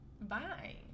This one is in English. bye